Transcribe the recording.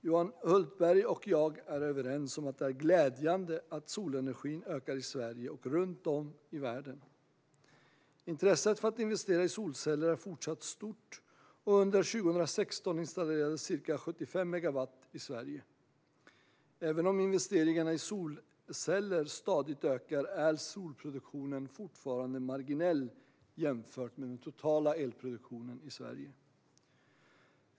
Johan Hultberg och jag är överens om att det är glädjande att solenergin ökar i Sverige och runt om i världen. Intresset för att investera i solceller är fortsatt stort, och under 2016 installerades ca 75 megawatt i Sverige. Även om investeringarna i solceller stadigt ökar är solelsproduktionen fortfarande marginell jämfört med den totala elproduktionen i Sverige.